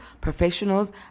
professionals